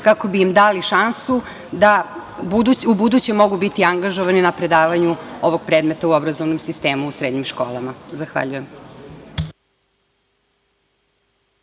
kako bi im dali šansu da ubuduće mogu biti angažovani na predavanju ovog predmeta u obrazovnom sistemu u srednjim školama. Zahvaljujem.